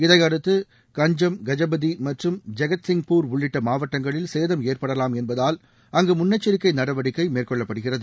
இதையடுத்து கஞ்ஜம் கஜபதி மற்றும் ஜகத்சிங்பூர் உள்ளிட்ட மாவட்டங்களில் சேதம் ஏற்படலாம் என்பதால் அங்கு முன்னெச்சரிக்கை நடவடிக்கை மேற்கொள்ளப்படுகிறது